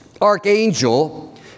archangel